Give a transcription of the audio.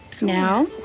Now